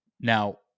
Now